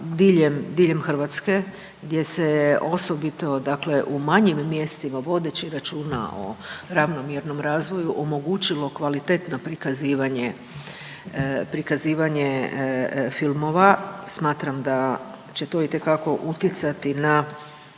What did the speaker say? diljem Hrvatske gdje se je osobito u manjim mjestima vodeći računa o ravnomjernom razvoju omogućilo kvalitetno prikazivanje filmova, smatram da će to itekako utjecati na